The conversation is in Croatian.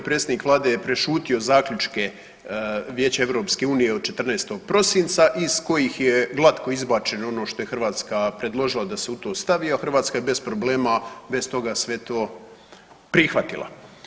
Predsjednik vlade je prešutio zaključke Vijeća EU od 14. prosinca iz kojih je glatko izbačeno ono što je Hrvatska predložila da se u to stavi, a Hrvatska je bez problema, bez toga sve to prihvatila.